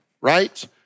Right